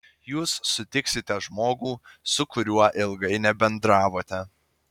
jūs sutiksite žmogų su kuriuo ilgai nebendravote